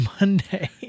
Monday